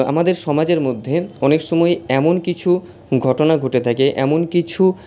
আমাদের সমাজের মধ্যে অনেক সময়ই এমন কিছু ঘটনা ঘটে থাকে এমন কিছু